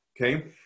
Okay